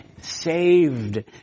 Saved